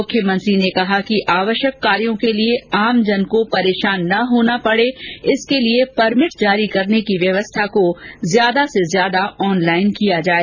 मुख्यमंत्री ने कहा कि आवश्यक कार्यों के लिए आमजन को परेशान नहीं होना पड़े इसके लिए परमिट जारी करने की व्यवस्था को ज्यादा से ज्यादा ऑनलाइन किया जाए